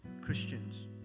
Christians